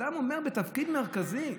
אדם עומד בתפקיד מרכזי.